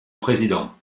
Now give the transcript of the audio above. président